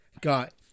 got